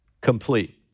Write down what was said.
complete